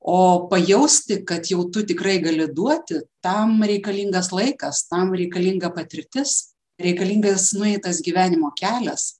o pajausti kad jau tu tikrai gali duoti tam reikalingas laikas tam reikalinga patirtis reikalingas nueitas gyvenimo kelias